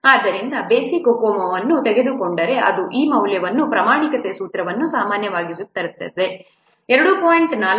ಆದ್ದರಿಂದ basic COCOMO ಅನ್ನು ತೆಗೆದುಕೊಂಡರೆ ಅದು ಈ ಮೌಲ್ಯವು ಪ್ರಮಾಣಿತ ಸೂತ್ರಕ್ಕೆ ಸಮಾನವಾಗಿರುತ್ತದೆ c 2